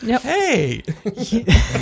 Hey